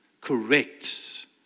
corrects